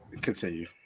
continue